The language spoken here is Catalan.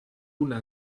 una